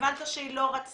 "האם הבנת שהיא לא רצתה?",